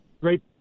great